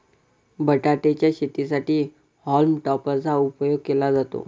बटाटे च्या शेतीसाठी हॉल्म टॉपर चा उपयोग केला जातो